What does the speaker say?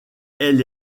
elle